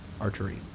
archery